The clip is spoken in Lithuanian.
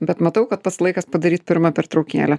bet matau kad pats laikas padaryt pirmą pertraukėlę